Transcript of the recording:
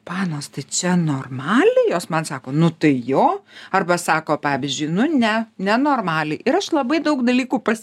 panos tai čia normaliai jos man sako nu tai jo arba sako pavyzdžiui nu ne nenormaliai ir aš labai daug dalykų pas